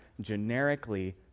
generically